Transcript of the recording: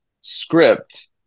script